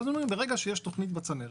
אז אומרים שברגע שיש תכנית בצנרת,